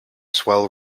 swell